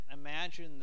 imagine